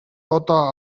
одоо